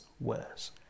worse